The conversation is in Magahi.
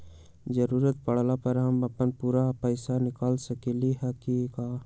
जरूरत परला पर हम अपन पूरा पैसा निकाल सकली ह का?